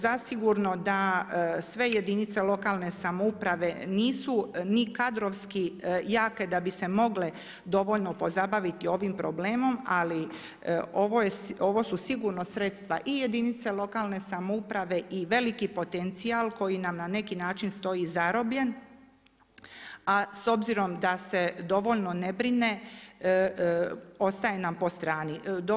Zasigurno da sve jedinice lokalne samouprave nisu ni kadrovski jake da bi se moglo dovoljno pozabaviti ovim problemom, ali ovo su sigurno sredstva i jedinica lokalne samouprave i veliki potencijal koji nam na neki način stoji zarobljen, a s obzirom da se dovoljno ne brine ostaje nam po strani.